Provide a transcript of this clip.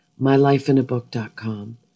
mylifeinabook.com